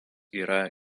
yra